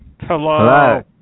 hello